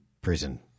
prison